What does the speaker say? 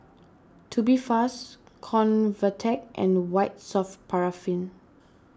Tubifast Convatec and White Soft Paraffin